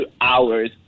hours